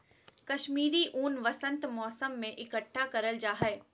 कश्मीरी ऊन वसंत मौसम में इकट्ठा करल जा हय